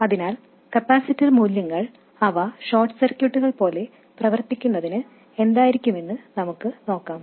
അതിനാൽ കപ്പാസിറ്റർ മൂല്യങ്ങൾ അവ ഷോർട്ട് സർക്യൂട്ടുകൾ പോലെ പ്രവർത്തിക്കുന്നതിന് എന്തായിരിക്കണമെന്ന് നമുക്ക് നോക്കാം